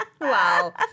Wow